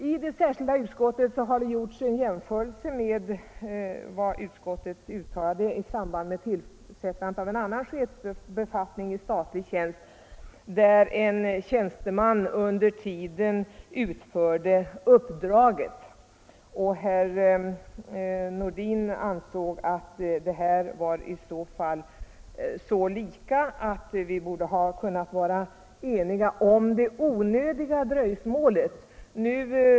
I yttrandet har det gjorts en jämförelse med vad utskottet uttalade i samband med tillsättandet av en annan chefsbefattning i statlig tjänst, där en tjänsteman under tiden utförde uppdraget. Herr Nordin ansåg att de bägge fallen var så lika att vi borde ha kunnat vara ense om det onödiga i dröjsmålet.